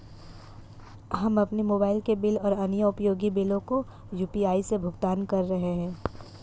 हम अपने मोबाइल के बिल और अन्य उपयोगी बिलों को यू.पी.आई से भुगतान कर रहे हैं